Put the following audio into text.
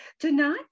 Tonight